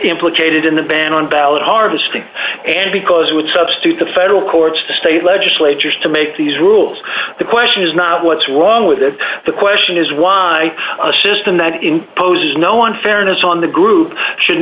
implicated in the ban on ballot harvesting and because it would substitute the federal courts the state legislatures to make these rules the question is not what's wrong with it the question is why a system that imposes no unfairness on the group should